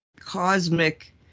cosmic